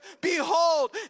behold